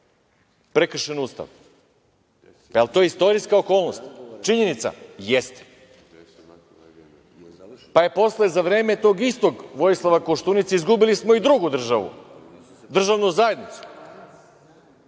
Prekršen Ustav. Jel to istorijska okolnost, činjenica? Jeste. Posle za vreme tog istog Koštunice izgubili smo i drugu državu, državnu zajednicu.